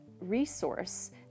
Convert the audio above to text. resource